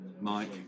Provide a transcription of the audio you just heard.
Mike